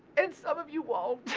and some of you won't